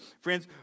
Friends